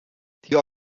die